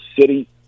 city